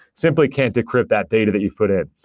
simply can't decrypt that data that you've put it.